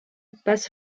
passent